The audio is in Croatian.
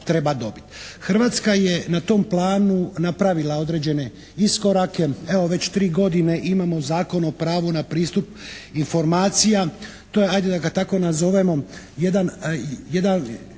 Hrvatska je na tom planu napravila određene iskorake. Evo već tri godine imamo Zakon o pravu na pristup informacija. To je ajde da ga tako nazovemo jedan